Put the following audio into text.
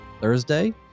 Thursday